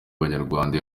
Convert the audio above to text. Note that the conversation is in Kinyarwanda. banyarwanda